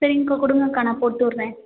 சரிங்கக்கா கொடுங்கக்கா நான் போட்டு விடுறேன்